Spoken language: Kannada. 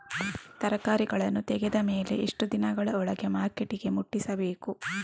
ತರಕಾರಿಗಳನ್ನು ತೆಗೆದ ಮೇಲೆ ಎಷ್ಟು ದಿನಗಳ ಒಳಗೆ ಮಾರ್ಕೆಟಿಗೆ ಮುಟ್ಟಿಸಬೇಕು?